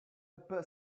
bit